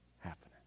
happening